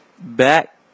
Back